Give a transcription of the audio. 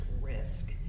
risk